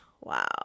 Wow